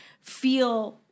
feel